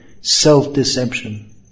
self-deception